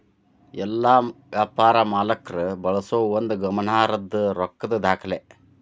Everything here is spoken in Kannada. ಎಲ್ಲಾ ವ್ಯಾಪಾರ ಮಾಲೇಕ್ರ ಬಳಸೋ ಒಂದು ಗಮನಾರ್ಹದ್ದ ರೊಕ್ಕದ್ ದಾಖಲೆ